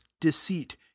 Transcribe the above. deceit